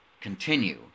continue